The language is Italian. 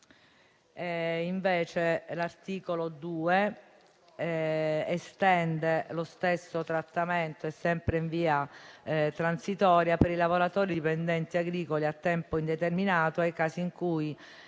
L'articolo 2 estende lo stesso trattamento, sempre in via transitoria, ai lavoratori dipendenti agricoli a tempo indeterminato, nei casi in cui